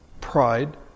pride